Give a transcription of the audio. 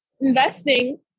investing